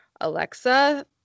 Alexa